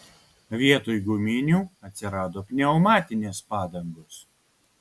vietoj guminių atsirado pneumatinės padangos